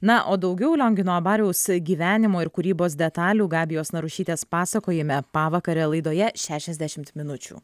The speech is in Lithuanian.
na o daugiau liongino abariaus gyvenimo ir kūrybos detalių gabijos narušytės pasakojime pavakarę laidoje šešiasdešimt minučių